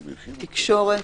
תקשורת,